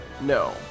No